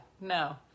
No